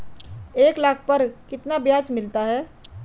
एक लाख पर कितना ब्याज मिलता है?